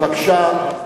בבקשה,